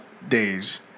Days